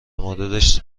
موردش